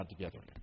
together